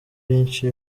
byinshi